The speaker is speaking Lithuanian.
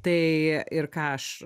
tai ir ką aš